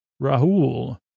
Rahul